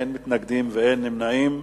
אין מתנגדים ואין נמנעים.